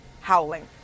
howling